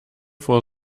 vor